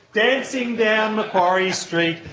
dancing down macquarie street,